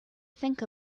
think